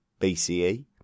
BCE